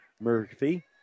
Murphy